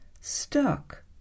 stuck